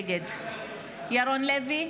נגד ירון לוי,